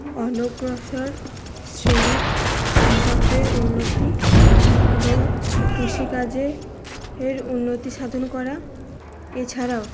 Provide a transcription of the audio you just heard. অনগ্রসর শ্রেণীর কৃষকদের উন্নতি এবং কৃষিকাজে এর উন্নতি সাধন করা এছাড়াও